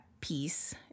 piece